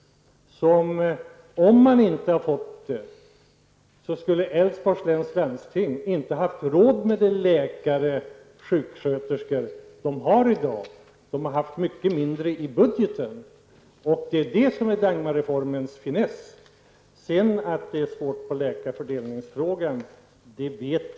Om inte Dagmarreformen hade genomförts, skulle Älvsborgs läns landsting inte haft råd med de läkare och sjuksköterskor som man i dag har. Landstingets budget hade varit mycket mindre. Det var det som var finessen med Dagmarreformen. Att det sedan är svårt att lösa läkarfördelningsfrågan är jag medveten om.